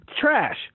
trash